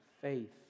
faith